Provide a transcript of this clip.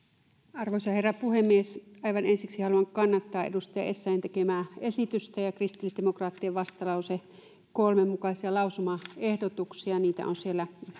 arvoisa herra puhemies aivan ensiksi haluan kannattaa edustaja essayahn tekemää esitystä ja kristillisdemokraattien vastalause kolmen mukaisia lausumaehdotuksia niitä on siellä